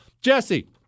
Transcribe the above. Jesse